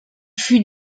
fut